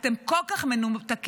אתם כל כך מנותקים,